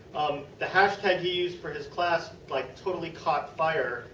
the hashtag he used for his class like totally caught fire.